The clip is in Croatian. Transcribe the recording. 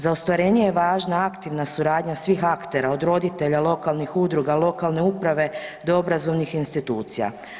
Za ostvarenje je važna aktivna suradnja svih aktera od roditelja, lokalnih udruga, lokalne uprave do obrazovnih institucija.